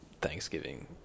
Thanksgiving